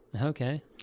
Okay